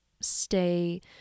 stay